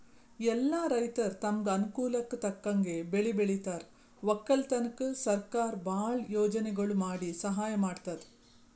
ಎಲ್ಲಾ ರೈತರ್ ತಮ್ಗ್ ಅನುಕೂಲಕ್ಕ್ ತಕ್ಕಂಗ್ ಬೆಳಿ ಬೆಳಿತಾರ್ ವಕ್ಕಲತನ್ಕ್ ಸರಕಾರ್ ಭಾಳ್ ಯೋಜನೆಗೊಳ್ ಮಾಡಿ ಸಹಾಯ್ ಮಾಡ್ತದ್